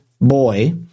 boy